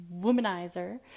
womanizer